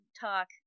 Talk